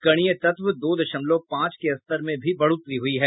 कणीय तत्व दो दशमलव पांच के स्तर में भी बढ़ोतरी हुई है